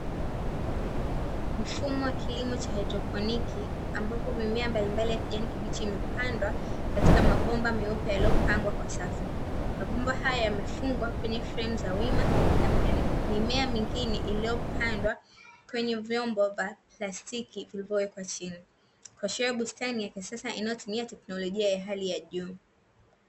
Mfumo wa kilimo cha haidroponi, ambapo mimea mbalimbali ya kijani kibichi imepandwa katika mabomba meupe yaliyopangwa katika safu. Mabomba haya yamefungwa kwenye fremu za chuma. Mimea mingine iliyopandwa kwenye vyombo vya plastiki vilivyowekwa chini kuashiria bustani ya kisasa inayotumia teknolojia ya hali ya juu.